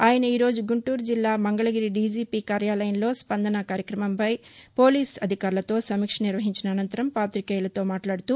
ఆయన ఈరోజు గుంటూరు జిల్లా మంగకగిరి దీజీపీ కార్యాలయంలో స్పందన కార్యక్రమంపై పోలీసు అధికారులతో సమీక్ష నిర్వహించిన అనంతరం పాతికేయులతో మాట్లాడుతూ